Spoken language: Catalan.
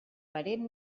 parent